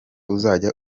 uzajya